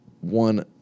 one